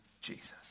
Jesus